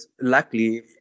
luckily